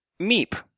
meep